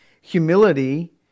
humility